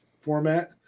format